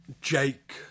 Jake